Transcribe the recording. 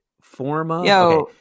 Forma